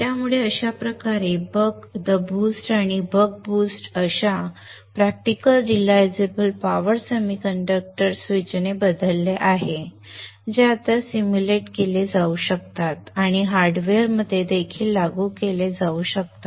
त्यामुळे अशाप्रकारे buck the boost आणि बक बूस्ट आता practical realisable power semiconductor switch ने बदलले आहेत जे आता सिम्युलेट केले जाऊ शकतात आणि हार्डवेअरमध्ये देखील लागू केले जाऊ शकतात